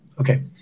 Okay